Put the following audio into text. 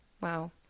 Wow